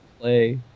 play